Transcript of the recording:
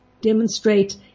demonstrate